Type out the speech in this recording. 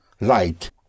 light